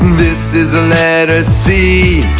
this is the letter c